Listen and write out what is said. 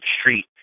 street